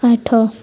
ଆଠ